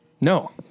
No